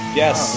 yes